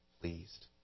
pleased